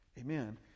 amen